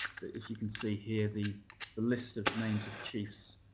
that as you can see here, the the list of names of chiefs